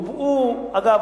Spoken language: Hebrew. אגב,